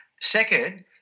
Second